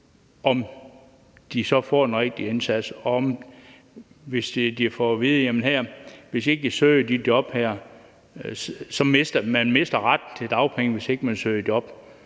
om de får den rigtige indsats, og om de får at vide, at man mister retten til dagpenge, hvis ikke man søger job.